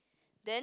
then